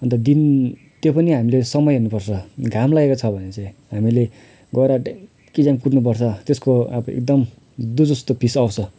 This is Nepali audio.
अन्त दिन त्यो पनि हामीले समय हेर्नुपर्छ घाम लागेको छ भने चाहिँ हामीले गएर ड्याम कि ड्याम कुट्नुपर्छ त्यसको अब एकदम दुधजस्तो फिँज आउँछ